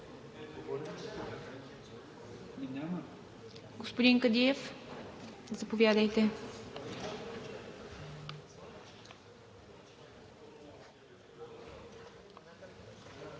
Господин Кадиев, заповядайте.